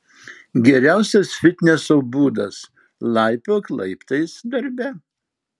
geriausias fitneso būdas laipiok laiptais darbe